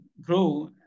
grow